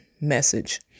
message